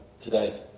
today